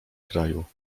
kraju